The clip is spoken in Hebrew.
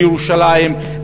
לירושלים,